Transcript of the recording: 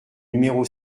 numéro